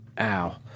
ow